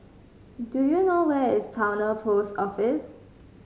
do you know where is Towner Post Office